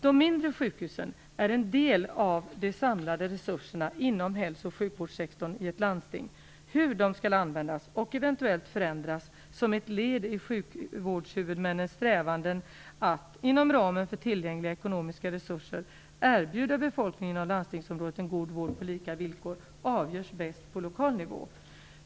De mindre sjukhusen är en del av de samlade resurserna inom hälso och sjukvårdssektorn i ett landsting. Hur de skall användas och eventuellt förändras som ett led i sjukvårdshuvudmännens strävanden att, inom ramen för tillgängliga ekonomiska resurser, erbjuda befolkningen inom landstingsområdet en god vård på lika villkor avgörs bäst på lokal nivå.